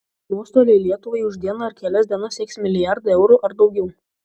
nuostoliai lietuvai už dieną ar kelias dienas sieks milijardą eurų ar daugiau